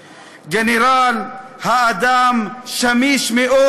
// גנרל, האדם שמיש מאוד.